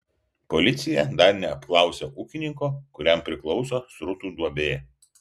policija dar neapklausė ūkininko kuriam priklauso srutų duobė